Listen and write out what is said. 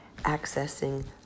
accessing